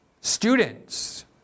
students